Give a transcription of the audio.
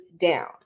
down